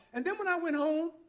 and then when i went home